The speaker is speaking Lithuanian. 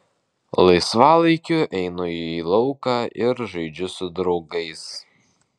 laisvalaikiu einu į lauką ir žaidžiu su draugais